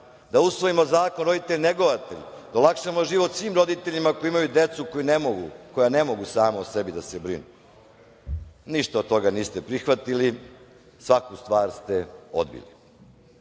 da usvojimo zakon roditelj-negovatelj, da olakšamo život svim roditeljima koji imaju decu koja ne mogu sama o sebi da se brinu i ništa od toga niste prihvatili. Svaku stvar ste odbili.